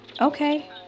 Okay